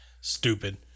Stupid